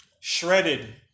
Shredded